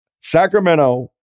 Sacramento